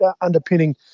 underpinning